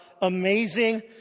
amazing